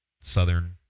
southern